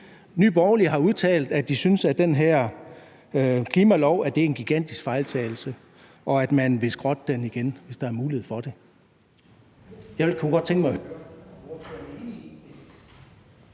Nye Borgerlige har udtalt, at de synes, at den her klimalov er en gigantisk fejltagelse, og at man vil skrotte den igen, hvis der er mulighed for det.